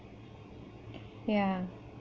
ya